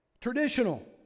Traditional